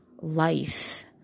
life